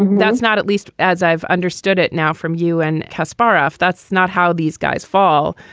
that's not at least as i've understood it now from you and kasparov. that's not how these guys fall.